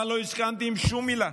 אבל לא הסכמתי לשום מילה.